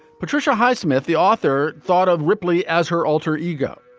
patricia highsmith, the author, thought of ripley as her alter ego.